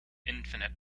infinite